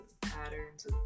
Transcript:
patterns